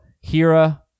Hira